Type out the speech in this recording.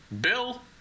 Bill